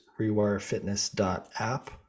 rewirefitness.app